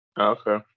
Okay